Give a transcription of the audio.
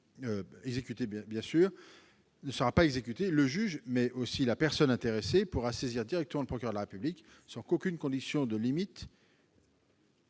la convention ne sera pas exécutée, le juge mais aussi la personne intéressée pourront saisir directement le procureur de la République, sans qu'aucune condition limite